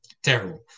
terrible